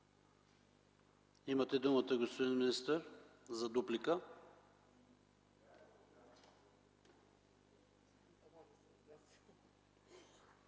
Имате думата, господин министър, за отговор.